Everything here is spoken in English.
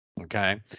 okay